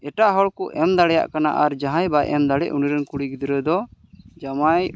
ᱮᱴᱟᱜ ᱦᱚᱲ ᱠᱚ ᱮᱢ ᱫᱟᱲᱮᱭᱟᱜ ᱠᱟᱱᱟ ᱟᱨ ᱡᱟᱦᱟᱭ ᱵᱟᱭ ᱮᱢ ᱫᱟᱲᱮᱭᱟᱜ ᱩᱱᱤ ᱨᱮᱱ ᱠᱩᱲᱤ ᱜᱤᱫᱽᱨᱟᱹ ᱫᱚ ᱡᱟᱶᱟᱭ